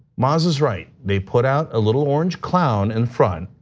moss is right. they put out a little orange clown in front,